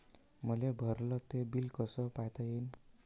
मले भरल ते बिल कस पायता येईन?